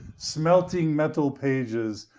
smelting metal pages,